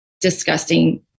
Disgusting